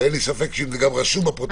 ואין לי ספק שאם זה גם רשום בפרוטוקול,